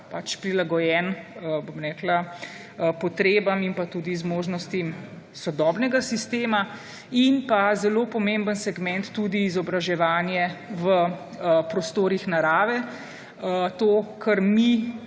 prilagojen potrebam in pa tudi zmožnostim sodobnega sistema, in pa zelo pomemben segment tudi izobraževanje v prostorih narave. To, kar mi